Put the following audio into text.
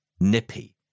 nippy